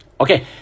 Okay